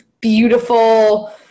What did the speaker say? beautiful